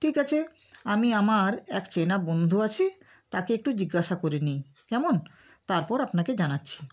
ঠিক আছে আমি আমার এক চেনা বন্ধু আছে তাকে একটু জিজ্ঞাসা করে নিই কেমন তারপর আপনাকে জানাচ্ছি